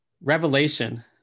revelation